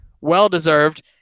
well-deserved